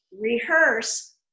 Rehearse